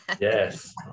yes